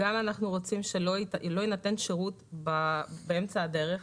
אנחנו רוצים שלא יינתן שירות באמצע הדרך.